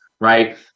right